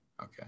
Okay